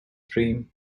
dream